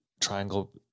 triangle